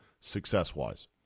success-wise